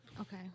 Okay